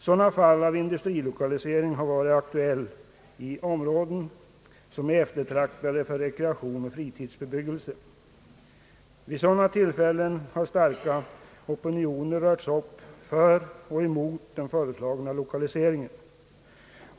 Sådana fall av industrilokalisering har varit aktuella i områden som är eftertraktade för rekreation och fritidsbebyggelse. Vid dessa tillfällen har stark opinion rörts upp för eller emot den föreslagna industrilokaliseringen.